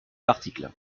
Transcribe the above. l’article